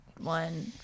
one